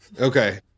Okay